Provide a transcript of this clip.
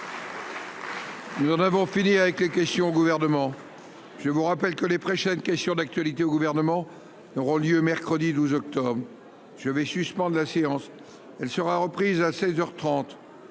Nous en avons fini avec les questions au gouvernement, je vous rappelle que les prochaines questions d'actualité au gouvernement auront lieu mercredi 12 octobre je vais suspendre la séance, elle sera reprise à 16